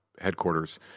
headquarters